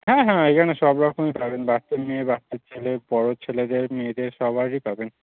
হ্যাঁ হ্যাঁ এখানে সব রকমেই পাবেন বাচ্চা মেয়ে বাচ্চা ছেলে বড়ো ছেলেদের মেয়েদের সবাইয়েরই পাবেন